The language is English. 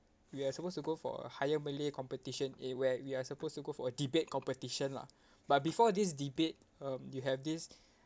we are supposed to go for higher malay competition eh where we are supposed to go for a debate competition lah but before this debate um you have this